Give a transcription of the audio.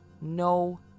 No